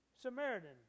Samaritan